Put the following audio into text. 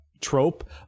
trope